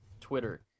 twitter